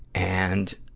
and,